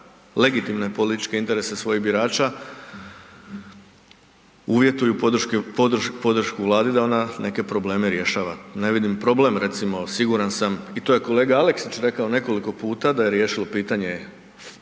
legitimne političke interese svojih birača uvjetuju podršku Vladi da ona neke probleme rješava. Ne vidim problem recimo, siguran sam i to je kolega Aleksić rekao nekoliko puta da je riješilo pitanje